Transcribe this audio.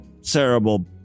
cerebral